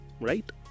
right